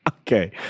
Okay